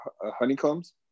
honeycombs